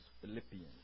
Philippians